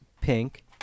pink